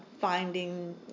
finding